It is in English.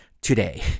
today